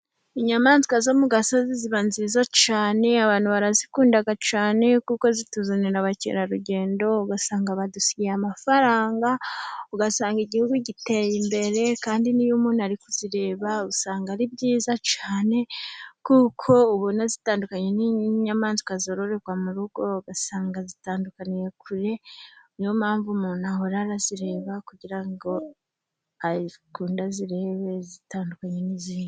Inyamaswa zo mu gasozi ziba nziza cyane, abantu barazikunda cyane, kuko zituzanira abakerarugendo ugasanga badusiye amafaranga, ugasanga Igihugu giteye imbere. Kandi n'iyo umuntu ari kuzireba, usanga ari byiza cyane, kuko ubona zitandukanye n'inyamaswa zororwa mu rugo, ugasanga zitandukaniye kure. Niyo mpamvu umuntu ahora azireba, kugira ngo akunde azirebe zitandukanye n'izindi.